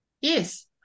yes